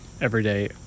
everyday